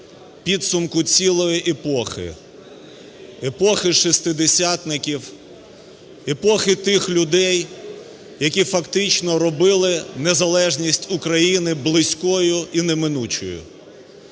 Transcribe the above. підсумку цілої епохи. Епохи шестидесятників, епохи тих людей, які фактично робили незалежність України близькою і неминучою.